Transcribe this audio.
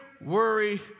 worry